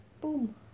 Boom